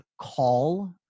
call